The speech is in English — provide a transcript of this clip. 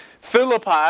Philippi